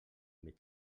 més